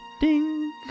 Ding